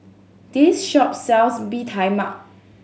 this shop sells Bee Tai Mak